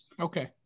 Okay